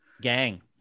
Gang